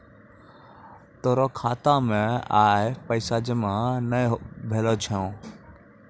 तोरो खाता मे आइ पैसा जमा नै भेलो छौं